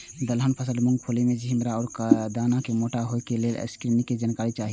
दलहन फसल मूँग के फुल में छिमरा में दाना के मोटा होय लेल स्प्रै निक के जानकारी चाही?